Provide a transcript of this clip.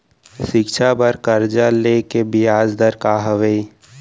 शिक्षा बर कर्जा ले के बियाज दर का हवे?